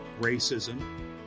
racism